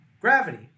Gravity